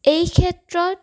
এই ক্ষেত্ৰত